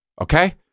okay